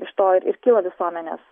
iš to ir kyla visuomenės